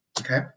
okay